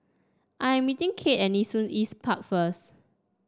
I am meeting Cade at Nee Soon East Park first